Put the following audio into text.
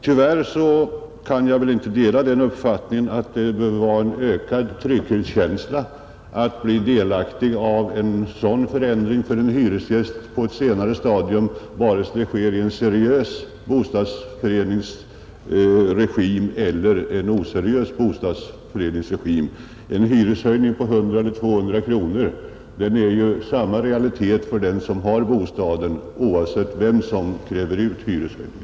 Tyvärr kan jag inte dela den uppfattningen att det behöver medföra en ökad trygghetskänsla att bli delaktig av en sådan förändring för en hyresgäst på ett senare stadium vare sig det sker i en seriös bostadsförenings regim eller i en oseriös bostadsförenings regim. En hyreshöjning på 100 eller 200 kronor är ju samma realitet för den som har bostaden oavsett vem som kräver ut hyreshöjningen.